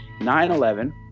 9-11